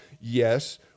yes